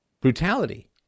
Brutality